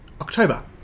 October